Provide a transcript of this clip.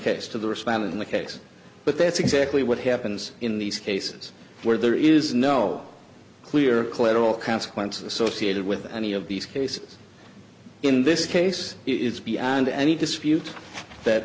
case to the respond in the case but that's exactly what happens in these cases where there is no clear collateral consequences associated with any of these cases in this case it is beyond any dispute that